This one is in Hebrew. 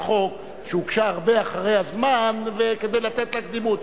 חוק שהוגשה הרבה אחרי הזמן כדי לתת לה קדימות.